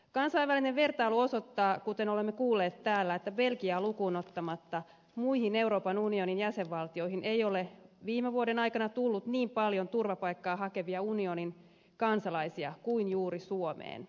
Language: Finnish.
kansainvälinen vertailu osoittaa kuten olemme kuulleet täällä että belgiaa lukuun ottamatta muihin euroopan unionin jäsenvaltioihin ei ole viime vuoden aikana tullut niin paljon turvapaikkaa hakevia unionin kansalaisia kuin juuri suomeen